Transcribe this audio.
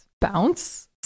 bounce